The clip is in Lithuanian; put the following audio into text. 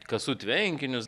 kasu tvenkinius